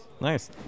Nice